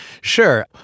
Sure